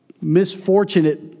misfortunate